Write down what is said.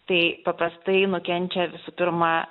tai paprastai nukenčia visų pirma